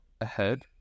ahead